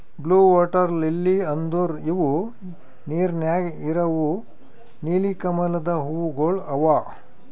blue water lily ಅಂದುರ್ ಇವು ನೀರ ನ್ಯಾಗ ಇರವು ನೀಲಿ ಕಮಲದ ಹೂವುಗೊಳ್ ಅವಾ